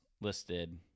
listed